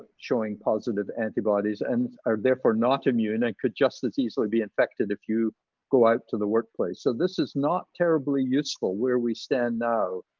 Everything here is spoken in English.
showing positive antibodies and are therefore not immune and could just as easily be infected if you go out to the workplace. so this is not terribly useful, where we stand now,